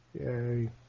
Yay